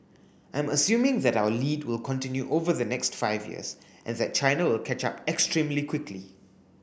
I'm assuming that our lead will continue over the next five years and that China will catch up extremely quickly